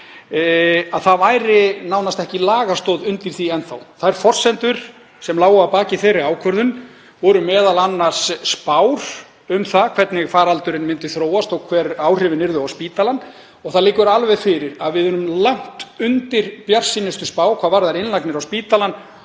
að það væri nánast ekki lagastoð undir því enn þá. Þær forsendur sem lágu að baki þeirri ákvörðun voru m.a. spár um það hvernig faraldurinn myndi þróast og hver áhrifin yrðu á spítalann. Það liggur alveg fyrir að við erum langt undir bjartsýnustu spá hvað varðar innlagnir á spítalann